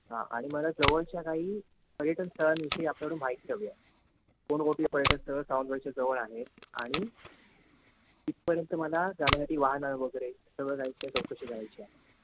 हां आणि मला जवळच्या काही पर्यटनस्थळांविषयी आपल्याकडून माहिती हवी आहे कोणकोणती पर्यटनस्थळं सावंतवाडीच्या जवळ आहेत आणि तिथपर्यंत मला जाण्यासाठी वाहनं वगैरे सगळं जायची चौकशी करायची आहे